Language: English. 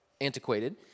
antiquated